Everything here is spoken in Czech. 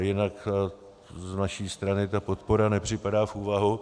Jinak z naší strany ta podpora nepřipadá v úvahu.